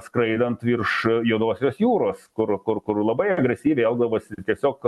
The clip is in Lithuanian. skraidant virš juodosios jūros kur kur kur labai agresyviai elgdavosi tiesiog